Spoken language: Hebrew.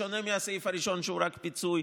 בשונה מהסעיף הראשון שהוא רק פיצוי,